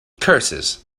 curses